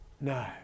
no